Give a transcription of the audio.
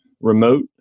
remote